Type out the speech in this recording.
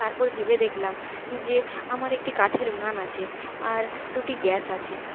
তারপর ভেবে দেখলাম যে আমার একটি কাঠের উনুন আছে আর দুটি গ্যাস আছে